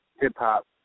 hip-hop